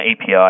API